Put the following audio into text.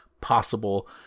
possible